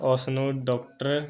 ਉਸ ਨੂੰ ਡਾਕਟਰ